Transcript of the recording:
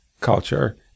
culture